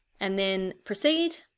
and then proceed